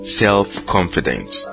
self-confidence